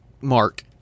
Mark